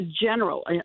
general